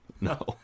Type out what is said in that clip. No